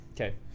okay